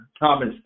Thomas